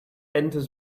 enters